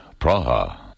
Praha